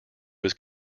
was